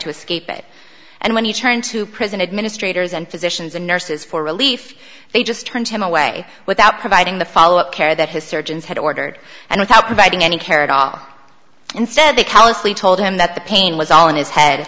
to escape it and when he turned to prison administrators and physicians and nurses for relief they just turned him away without providing the follow up care that his surgeons had ordered and without providing any care at all instead they callously told him that the pain was all in his head